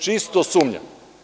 Čisto sumnjam.